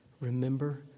remember